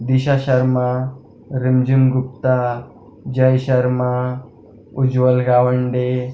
Disha Sharma Rimjhim Gupta Jay Sharma Ujjwal Gawande